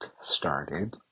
started